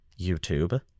YouTube